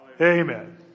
Amen